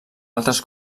altres